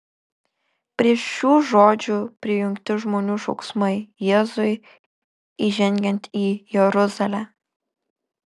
prie šių žodžių prijungti žmonių šauksmai jėzui įžengiant į jeruzalę